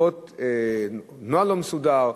עקב נוהל לא מסודר,